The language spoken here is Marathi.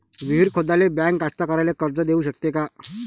विहीर खोदाले बँक कास्तकाराइले कर्ज देऊ शकते का?